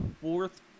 fourth